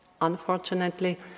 unfortunately